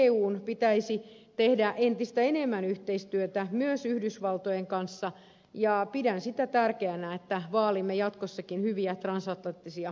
eun pitäisi tehdä entistä enemmän yhteistyötä myös yhdysvaltojen kanssa ja pidän sitä tärkeänä että vaalimme jatkossakin hyviä transatlanttisia suhteita